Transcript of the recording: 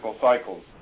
cycles